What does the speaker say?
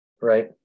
Right